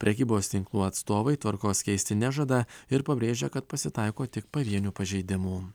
prekybos tinklų atstovai tvarkos keisti nežada ir pabrėžia kad pasitaiko tik pavienių pažeidimų